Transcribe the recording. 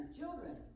children